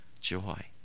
joy